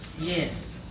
Yes